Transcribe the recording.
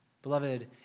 Beloved